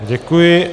Děkuji.